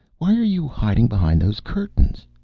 what are you hiding behind those curtains